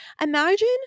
imagine